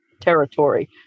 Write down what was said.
territory